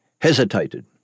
hesitated